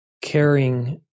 caring